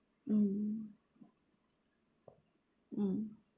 mm mm